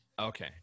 Okay